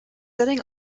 sitting